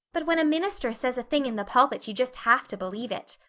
but when a minister says a thing in the pulpit you just have to believe it.